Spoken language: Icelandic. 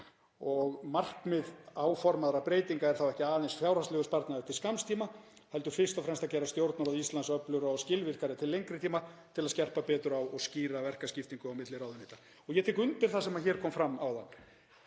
Markmið áformaðra breytinga er þó ekki aðeins fjárhagslegur sparnaður til skamms tíma heldur fyrst og fremst að gera Stjórnarráð Íslands öflugra og skilvirkara til lengri tíma með því að skerpa betur á og skýra verkaskiptingu milli ráðuneyta.“ Og ég tek undir það sem hér kom fram áðan: